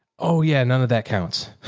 oh yeah. none of that counts.